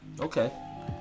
Okay